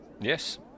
Yes